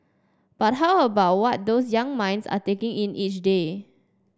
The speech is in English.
but how about what those young minds are taking in each day